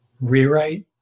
rewrite